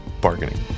bargaining